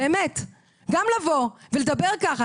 גם לבוא ולדבר ככה,